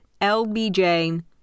LBJ